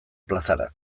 plazara